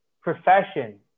profession